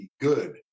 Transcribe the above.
good